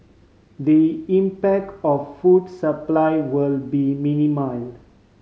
the impact of food supply will be minimal